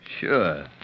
Sure